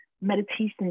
meditation